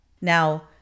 Now